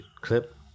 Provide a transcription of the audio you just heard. clip